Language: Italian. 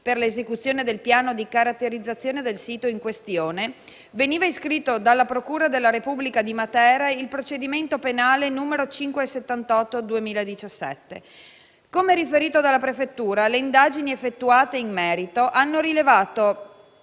per l'esecuzione del piano di caratterizzazione del sito in questione, veniva iscritto dalla procura della Repubblica di Matera il procedimento penale n. 578 del 2017. Come riferito dalla prefettura, le indagini effettuate in merito hanno rilevato